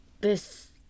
this-